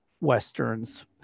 westerns